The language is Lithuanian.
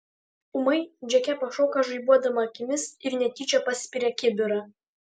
ūmai džeke pašoka žaibuodama akimis ir netyčia paspiria kibirą